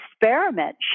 experiment